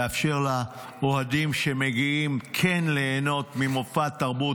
לאפשר לאוהדים שמגיעים כן ליהנות ממופע תרבות,